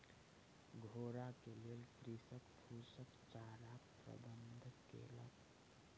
घोड़ा के लेल कृषक फूसक चाराक प्रबंध केलक